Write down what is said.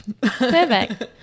Perfect